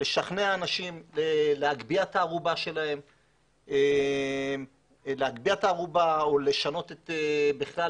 לשכנע אנשים להגביה את הארובה שלהם או לשנות בכלל,